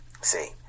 see